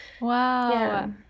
Wow